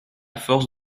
force